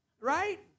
right